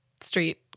street